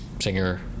singer